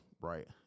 right